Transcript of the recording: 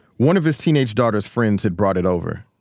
one of his teenage daughter's friends had brought it over.